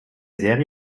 serie